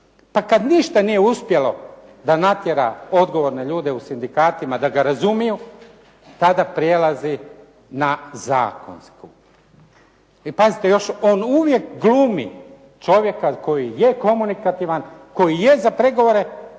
Pa kada ništa nije uspjelo da natjera odgovorne ljude u sindikatima, da ga razumiju tada prelazi na zakonsku. I pazite još, on uvijek glumi čovjeka koji je komunikativan, koji je za pregovore,